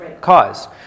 cause